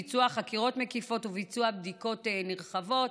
ביצוע חקירות מקיפות וביצוע בדיקות נרחבות.